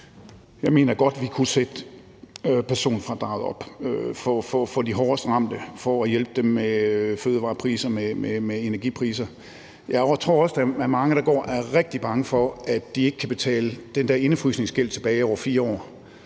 Jeg mener godt, vi kunne sætte personfradraget op for at hjælpe dem, der er hårdest ramt af fødevarepriser og energipriser. Jeg tror også, der er mange, der går og er rigtig bange for, at de ikke kan betale den der indefrysningsgæld tilbage over 4 år.